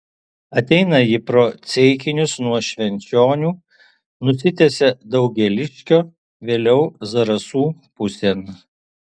ateina ji pro ceikinius nuo švenčionių nusitęsia daugėliškio vėliau zarasų pusėn